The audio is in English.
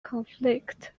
conflict